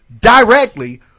directly